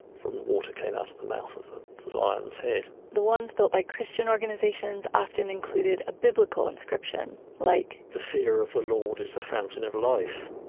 the water came out of the mouth of of the lion's head the ones built by christian organizations often included a biblical inscription like, the fear of the lord is the fountain of life.